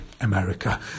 America